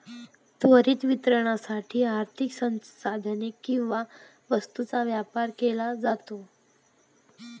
त्वरित वितरणासाठी आर्थिक संसाधने किंवा वस्तूंचा व्यापार केला जातो